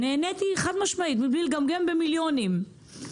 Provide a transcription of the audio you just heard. נעניתי חד-משמעית מבלי לגמגם, במיליונים.